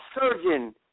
surgeon